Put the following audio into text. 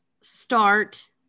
start